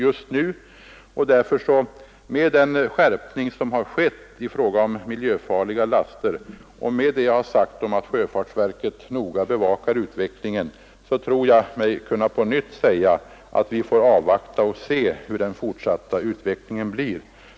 Med den företagna skärpningen av bestämmelserna för fartyg med miljöfarliga laster och med den uppmärksamhet med vilken man på sjöfartsverket bevakar dessa frågor tror jag att vi kan avvakta.